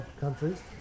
countries